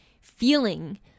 feeling